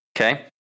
Okay